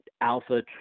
alpha